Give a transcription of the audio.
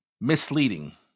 misleading